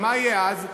ומה יהיה אז?